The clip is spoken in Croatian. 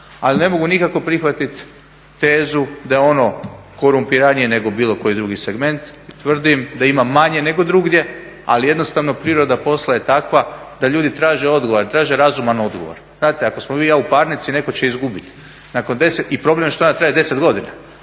Ali ne mogu nikako prihvatiti tezu da je ono korumpiranije nego bilo koji drugi segment. Tvrdim da ima manje nego drugdje ali jednostavno priroda posla je takva da ljudi traže odgovor ali traže razuman odgovor. Znate ako smo vi i ja u parnici netko će izgubiti. Nakon 10, i problem je što ona traje 10 godina.